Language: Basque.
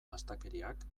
astakeriak